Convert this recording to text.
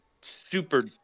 super